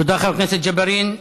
תודה, חבר הכנסת ג'בארין.